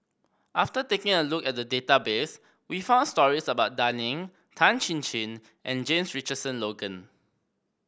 after taking a look at the database we found stories about Dan Ying Tan Chin Chin and James Richardson Logan